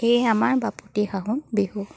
এয়ে আমাৰ বাপতি সাহোন বিহু